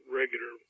regular